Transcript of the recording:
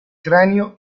cranio